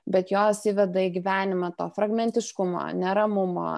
bet jos įveda į gyvenimą to fragmentiškumo neramumo